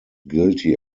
guilty